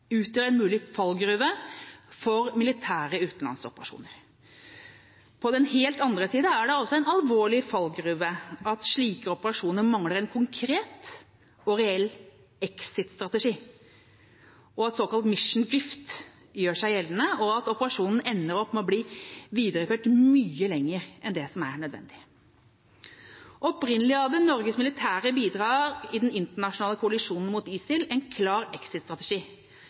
utgjør en mulig fallgruve for militære utenlandsoperasjoner. På den helt andre siden er det også en alvorlig fallgruve at slike operasjoner mangler en konkret og reell exit-strategi, slik at såkalt mission drift gjør seg gjeldende, og at operasjonen ender med å bli videreført mye lenger enn det som er nødvendig. Opprinnelig hadde Norges bidrag i den internasjonale koalisjonen mot ISIL en klar